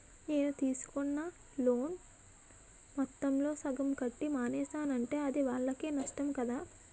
నేను తీసుకున్న లోను మొత్తంలో సగం కట్టి మానేసానంటే అది వాళ్ళకే నష్టం కదా